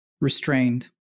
restrained